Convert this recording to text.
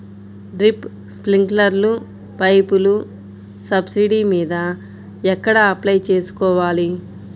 Drip, స్ప్రింకర్లు పైపులు subsidy మీద ఎక్కడ అప్లై చేసుకోవాలి?